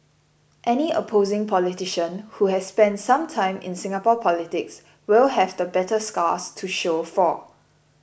any opposing politician who has spent some time in Singapore politics will have the battle scars to show for